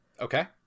okay